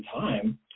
time